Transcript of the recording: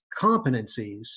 competencies